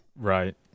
Right